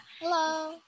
Hello